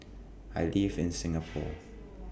I live in Singapore